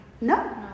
No